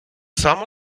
само